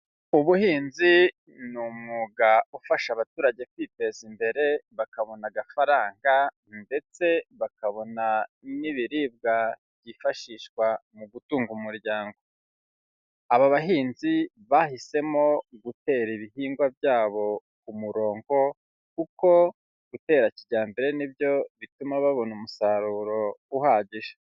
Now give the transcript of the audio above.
Ubuhinzi ni umwuga ufasha abaturage kwiteza imbere bakabona agafaranga ndetse bakabona n'ibiribwa byifashishwa mu gutunga umuryango, aba bahinzi bahisemo gutera ibihingwa byabo ku murongo, kuko gutera kijyambere ni byo bituma babona umusaruro uhagije.